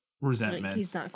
resentments